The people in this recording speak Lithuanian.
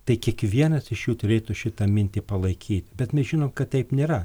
tai kiekvienas iš jų turėtų šitą mintį palaikyt bet mes žinom kad taip nėra